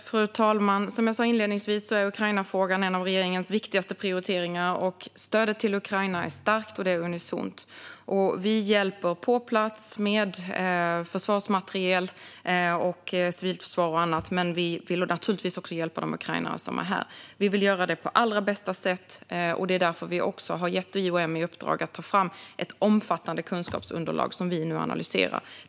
Fru talman! Som jag sa inledningsvis är Ukrainafrågan en av regeringens viktigaste prioriteringar, och stödet till Ukraina är starkt och unisont. Vi hjälper på plats med försvarsmateriel och civilt försvar och annat, men vi vill naturligtvis också hjälpa de ukrainare som är här. Vi vill göra det på allra bästa sätt. Det är därför vi också har gett IOM i uppdrag att ta fram ett omfattande kunskapsunderlag som vi nu analyserar.